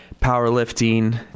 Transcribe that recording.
powerlifting